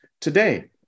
today